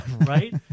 right